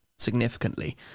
significantly